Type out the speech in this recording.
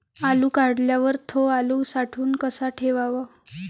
आलू काढल्यावर थो आलू साठवून कसा ठेवाव?